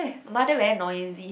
mother very noisy